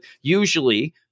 usually